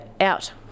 out